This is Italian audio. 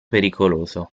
pericoloso